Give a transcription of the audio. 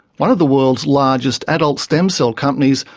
one of the world's largest adult stem cell companies,